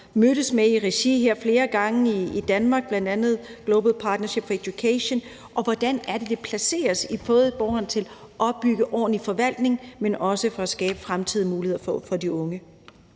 mødtes med flere gange her i Danmark, bl.a. Global Partnership for Education – og hvordan er det, at det placerer os både i forhold til at opbygge en ordentlig forvaltning, men også at skabe fremtidige muligheder for de unge?